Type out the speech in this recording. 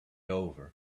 over